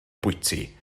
bwyty